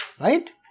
right